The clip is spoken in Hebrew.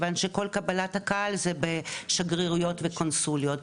משום שמקום קבלת הקהל הוא רק בשגרירויות וקונסוליות.